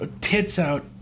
tits-out